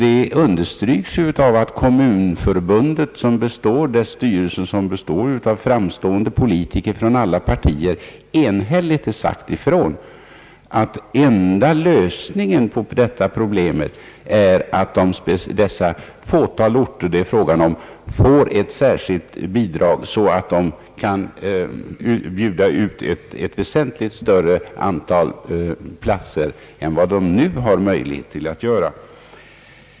Detta understryks av att Kommunförbundets styrelse, som består av framstående politiker från alla partier, enhälligt har sagt ifrån att den enda lösningen på detta problem är att det fåtal orter, som det här är fråga om, får ett särskilt bidrag så att de kan bjuda ut ett väsentligt större antal daghemsplatser än de nu har möjlighet att göra.